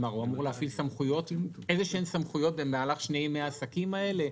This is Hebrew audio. כלומר הוא אמור להפעיל סמכויות כלשהן במהלך שני ימי העסקים האלה?